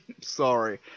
sorry